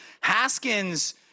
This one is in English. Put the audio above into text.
Haskins